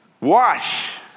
Wash